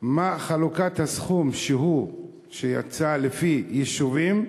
2. מה היא חלוקת הסכום שיצא לפי יישובים?